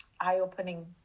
eye-opening